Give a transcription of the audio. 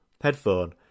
headphone